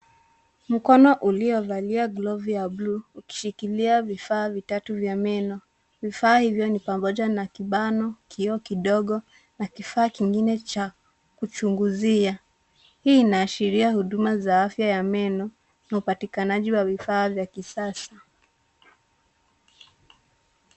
Mkono uliovalia glovu ya buluu ukishikilia vifaa vitatu vya meno. Vifaa hivyo ni pamoja na kibano, kioo kidogo na kifaa kingine cha kuchunguzia. Hii inaashiria huduma za afya ya meno na upatikanaji wa vifaa vya kisasa.